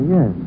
Yes